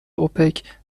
اوپک